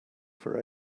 for